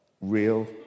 real